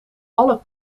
alle